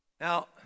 Now